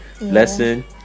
lesson